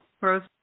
Rose